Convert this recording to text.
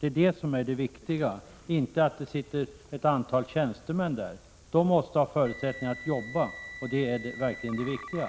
Det är detta som är det viktiga, inte att det sitter tjänstemän där. Arbetsförmedlarna måste få förutsättningar att arbeta. Det är verkligen det viktiga.